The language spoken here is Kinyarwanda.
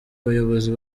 abayobozi